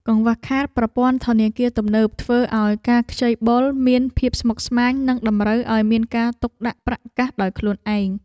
កង្វះខាតប្រព័ន្ធធនាគារទំនើបធ្វើឱ្យការខ្ចីបុលមានភាពស្មុគស្មាញ និងតម្រូវឱ្យមានការទុកដាក់ប្រាក់កាសដោយខ្លួនឯង។